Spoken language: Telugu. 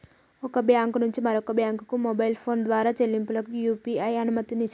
ఒక బ్యాంకు నుంచి మరొక బ్యాంకుకు మొబైల్ ఫోన్ ద్వారా చెల్లింపులకు యూ.పీ.ఐ అనుమతినిస్తుంది